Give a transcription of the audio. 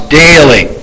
daily